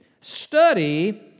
Study